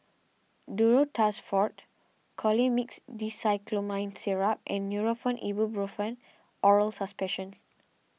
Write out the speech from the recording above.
Duro Tuss Forte Colimix Dicyclomine Syrup and Nurofen Ibuprofen Oral Suspension